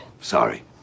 Sorry